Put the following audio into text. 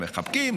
מחבקים,